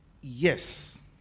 yes